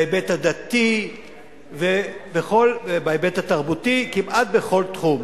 בהיבט הדתי, בהיבט התרבותי, כמעט בכל תחום,